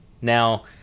now